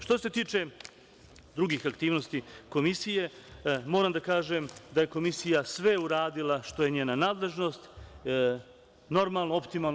Što se tiče drugih aktivnosti Komisije, moram da kažem da je Komisija sve uradila što je njena nadležnost, normalno, optimalno.